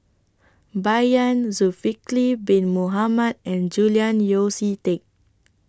Bai Yan Zulkifli Bin Mohamed and Julian Yeo See Teck